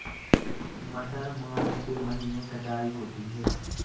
मटर मार्च के महीने कटाई होती है?